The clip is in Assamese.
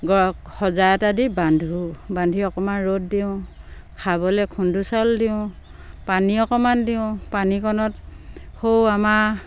সজা এটা দি বান্ধো বান্ধি অকমান ৰ'দ দিওঁ খাবলে খুন্দো চাউল দিওঁ পানী অকমান দিওঁ পানীকণত সও আমাৰ